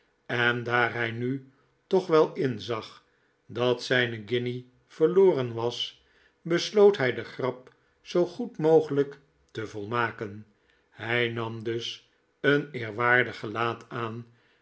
was en'daar hij nu toch wel inzag dat zijne guinje verloren was besloot hij de grap zoo goed mogelijk te volmaken hij nam dus een eerwaardig gelaat aan